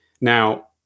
Now